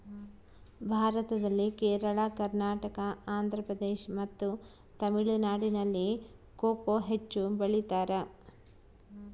ಭಾರತದಲ್ಲಿ ಕೇರಳ, ಕರ್ನಾಟಕ, ಆಂಧ್ರಪ್ರದೇಶ್ ಮತ್ತು ತಮಿಳುನಾಡಿನಲ್ಲಿ ಕೊಕೊ ಹೆಚ್ಚು ಬೆಳಿತಾರ?